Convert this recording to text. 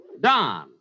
Don